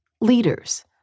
leaders